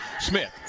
Smith